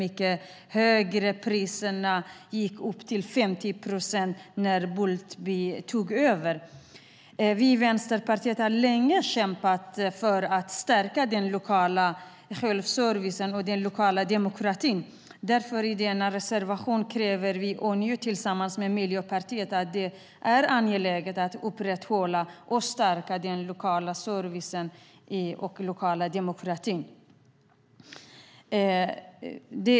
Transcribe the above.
Hyrorna och priser har höjts med upp till 50 procent i samband med att Boultbee har tagit över. Vi i Vänsterpartiet har länge kämpat för att stärka den lokala självservicen och den lokala demokratin. Därför kräver vi, tillsammans med Miljöpartiet, i vår reservation att det är angeläget att upprätthålla och stärka den lokala servicen och demokratin.